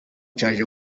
cyaje